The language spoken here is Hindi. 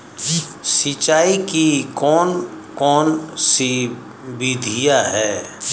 सिंचाई की कौन कौन सी विधियां हैं?